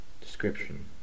Description